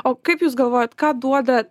o kaip jūs galvojat ką duoda